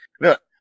Look